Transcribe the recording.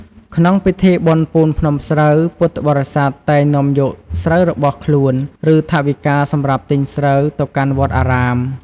ក្នុងពិធីបុណ្យពូនភ្នំស្រូវ ពុទ្ធបរិស័ទតែងនាំយកស្រូវរបស់ខ្លួន ឬថវិកាសម្រាប់ទិញស្រូវ ទៅកាន់វត្តអារាម។